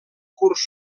curs